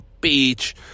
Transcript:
beach